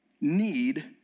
need